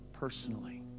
personally